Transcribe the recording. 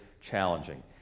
challenging